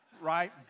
right